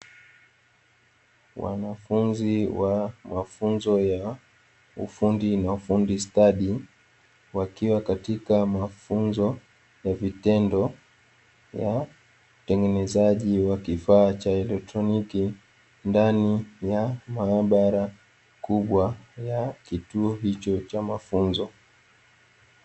Wanafunzi wa mafunzo ya ufundi na ufundi stadi, wakiwa katika mafunzo ya vitendo vya utengenezaji wa kifaa cha elektroniki ndani ya maabara kubwa ya kituo hicho cha mafunzo.